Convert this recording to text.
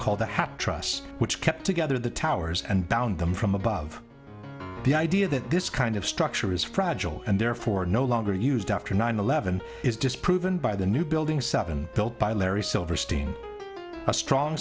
called the hap truss which kept together the towers and bound them from above the idea that this kind of structure is fragile and therefore no longer used after nine eleven is disproven by the new building seven built by larry silverstein a strong